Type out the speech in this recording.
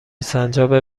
سنجابه